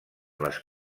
les